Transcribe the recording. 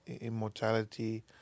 immortality